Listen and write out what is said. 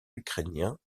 ukrainiens